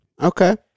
Okay